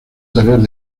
tareas